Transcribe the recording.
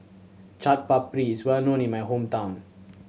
Chaat Papri is well known in my hometown